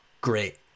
great